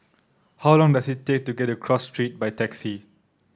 how long does it take to get to Cross Street by taxi